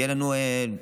יהיה לנו, נגיד,